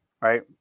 Right